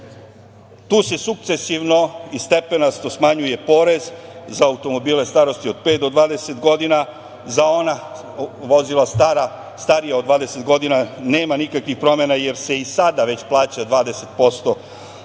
tu se sukcesivno i stepenasto smanjuje porez za automobile starosti od pet do 20 godina. Za ona vozila starija od 20 godina nema nikakvih promena jer se i sada već plaća 20% od